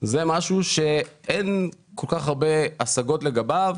זה משהו שאין כל-כך הרבה השגות לגביו.